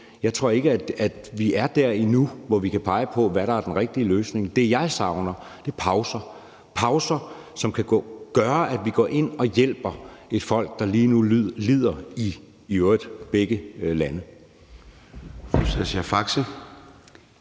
Jeg tror ikke, at vi er dér endnu, hvor vi kan pege på, hvad der er den rigtige løsning. Det, jeg savner, er pauser; pauser, som kan gøre, at vi går ind og hjælper et folk, der lige nu lider, i i øvrigt begge lande.